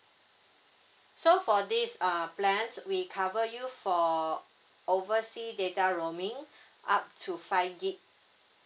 so for this uh plans we cover you for oversea data roaming up to five gb